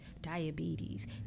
diabetes